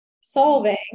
solving